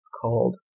called